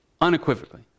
Unequivocally